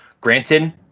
Granted